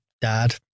dad